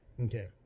okay